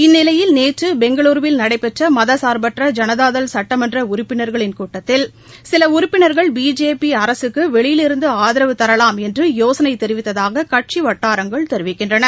இந்நிலையில் நேற்று பெங்களூருவில் நடைபெற்ற மதசா்பற்ற ஜனதாதள் சட்டமன்ற உறப்பினர்களின் கூட்டத்தில் சில உறுப்பினர்கள் பிஜேபி அரசுக்கு வெளியிலிருந்து ஆதரவு தரவாம் என்று யோசனை தெரிவித்ததாக கட்சி வட்டாரங்கள் தெரிவிக்கின்றன